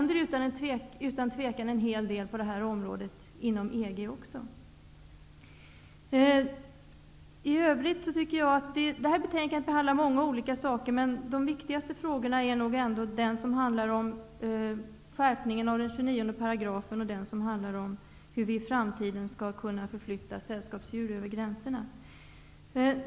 Det händer utan tvivel en hel del på detta område också inom EG. Detta betänkande behandlar många olika frågor. Men de viktigaste frågorna är nog ändå skärpningen av 29 § och frågan om hur vi i framtiden skall kunna förflytta sällskapsdjur över gränserna.